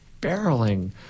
barreling